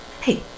Hey